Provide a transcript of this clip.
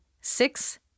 six